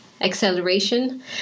acceleration